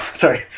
Sorry